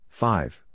five